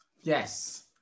Yes